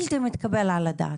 בלתי מתקבל על הדעת,